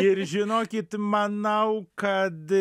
ir žinokit manau kad